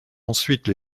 ensuite